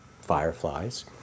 fireflies